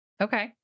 okay